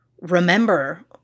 remember